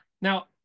Now